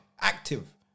active